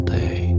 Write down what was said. day